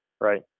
right